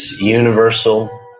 universal